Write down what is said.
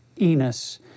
Enos